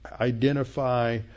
identify